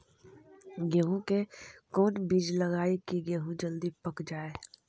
गेंहू के कोन बिज लगाई कि गेहूं जल्दी पक जाए?